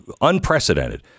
Unprecedented